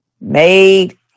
made